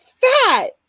fat